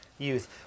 youth